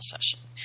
session